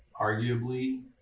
arguably